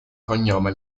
cognome